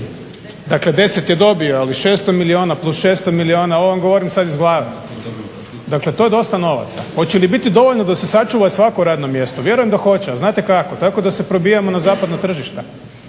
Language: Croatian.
Dakle, 10 je dobio ali 600 milijuna plus 600 milijuna. Ovo vam sad govorim iz glave. Dakle, to je dosta novaca. Hoće li biti dovoljno da se sačuva svako radno mjesto. Vjerujem da hoće, a znate kako? Tako da se probijamo na zapadna tržišta,